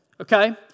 okay